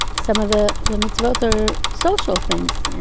some of the, the mitzvot are social things.